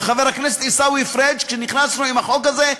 וחבר הכנסת עיסאווי פריג' כשנכנסו עם החוק הזה,